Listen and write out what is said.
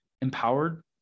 empowered